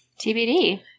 TBD